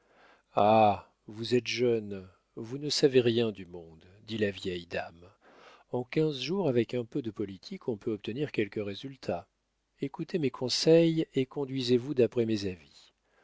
ah vous êtes jeune vous ne savez rien du monde dit la vieille dame en quinze jours avec un peu de politique on peut obtenir quelques résultats écoutez mes conseils et conduisez-vous d'après mes avis